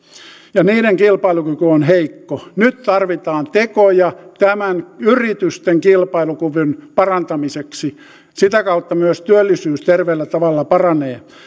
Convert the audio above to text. ja niiden kilpailukyky on heikko nyt tarvitaan tekoja tämän yritysten kilpailukyvyn parantamiseksi sitä kautta myös työllisyys terveellä tavalla paranee